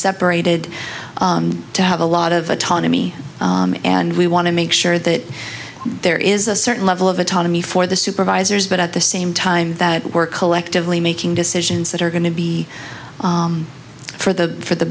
separated to have a lot of autonomy and we want to make sure that there is a certain level of autonomy for the supervisors but at the same time that we're collectively making decisions that are going to be for the for the